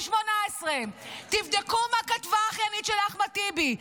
18. תבדקו מה כתבה האחיינית של אחמד טיבי.